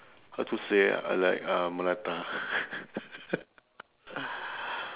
how to say like uh melatah